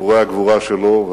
סיפורי הגבורה שלו,